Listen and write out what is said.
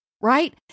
right